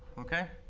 ok,